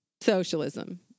Socialism